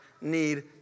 need